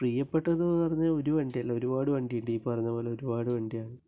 പ്രിയ്യപ്പെട്ടത് എന്ന് പറഞ്ഞാൽ ഒരു വണ്ടി അല്ല ഒരുപാട് വണ്ടിയുണ്ട് ഈ പറഞ്ഞത് പോലെ ഒരുപാട് വണ്ടി ആണ്